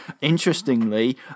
Interestingly